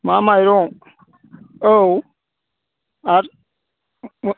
मा माइरं औ आरो